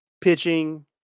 pitching